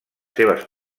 seves